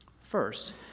First